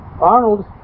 Arnold